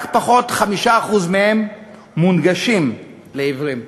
רק פחות מ-5% מונגשים לעיוורים,